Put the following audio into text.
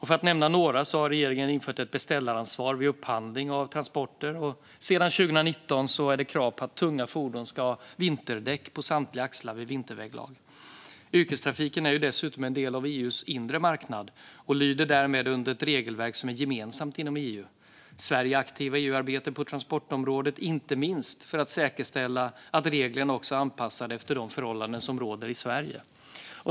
För att nämna några har regeringen infört ett beställaransvar vid upphandling av transporter, och sedan 2019 är det krav på att tunga fordon ska ha vinterdäck på samtliga axlar vid vinterväglag. Yrkestrafiken är dessutom en del av EU:s inre marknad och lyder därmed under ett regelverk som är gemensamt inom EU. Sverige är aktivt i EU-arbetet på transportområdet, inte minst för att säkerställa att reglerna också är anpassade efter de förhållanden som råder i Sverige.